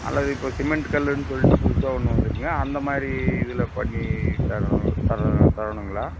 அல்லது இப்போ சிமெண்ட் கல்லுனு சொல்லிட்டு புதுசாக ஒன்று வந்திருகுங்க அந்த மாதிரி இதில் பண்ணி தர்றன் தர்றன் தரணுங்களா